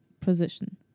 position